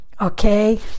okay